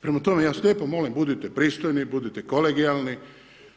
Prema tome, ja vas lijepo molim budite pristojni, budite kolegijalni,